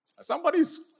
Somebody's